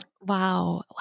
Wow